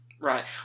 Right